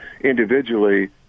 individually